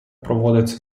проводиться